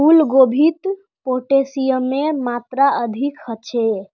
फूल गोभीत पोटेशियमेर मात्रा अधिक ह छे